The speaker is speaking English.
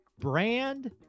brand